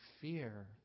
fear